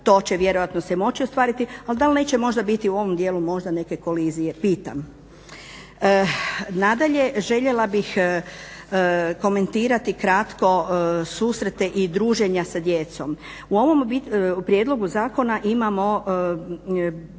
To će vjerojatno se moći ostvariti, ali dal neće možda biti u ovom dijelu možda neke kolizije, pitam. Nadalje, željela bih komentirati kratko susrete i druženja sa djecom. U ovom prijedlogu zakona imamo,